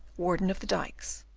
warden of the dikes,